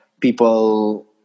people